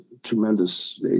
Tremendous